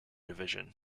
division